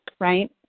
right